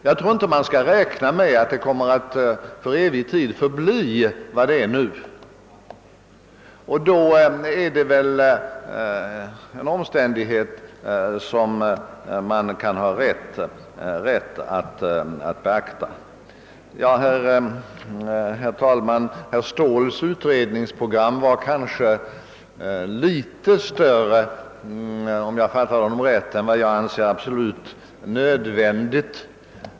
Jag tror inte att man skall räkna med att förhållandena för evig tid kommer att förbli vad de nu är. Herr talman! Herr Ståhls utredningsprogram var kanske litet mer omfattande — om jag fattade honom rätt — än vad jag anser absolut nödvändigt.